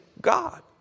God